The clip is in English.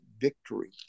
Victory